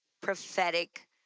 prophetic